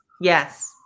Yes